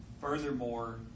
furthermore